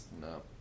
No